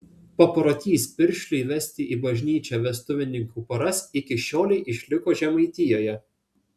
paprotys piršliui vesti į bažnyčią vestuvininkų poras iki šiolei išliko žemaitijoje